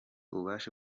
ubashe